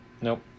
Nope